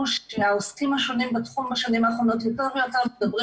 שהעוסקים השונים בתחום בשנים האחרונות יותר ויותר מדברים